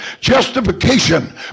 justification